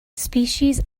species